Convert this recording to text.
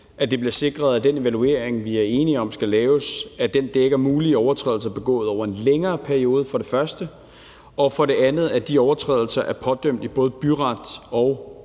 første bliver sikret, at den evaluering, vi er enige om skal laves, dækker mulige overtrædelser begået over en længere periode, og for det andet, at de overtrædelser er pådømt i både byret og